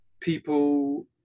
people